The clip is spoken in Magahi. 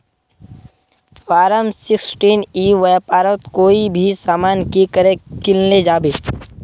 फारम सिक्सटीन ई व्यापारोत कोई भी सामान की करे किनले जाबे?